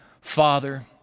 Father